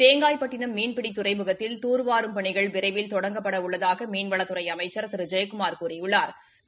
தேங்காய்பட்டனம் மீன்பிடி துறைமுகத்தில் தூர்வாரும் பணிகள் விரைவில் தொடங்கப்பட உள்ளதாக மீன்வளத்துறை அமைச்சா் திரு ஜெயக்குமாா் கூறியுள்ளாா்